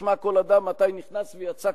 שרשמה כל אדם מתי נכנס ויצא,